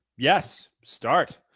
yes! start!